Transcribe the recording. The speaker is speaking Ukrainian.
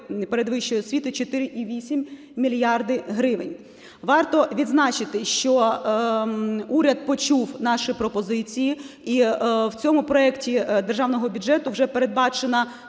передвищої освіти – 4,8 мільярда гривень. Варто відзначити, що уряд почув наші пропозиції і в цьому проекті Державного бюджету вже передбачена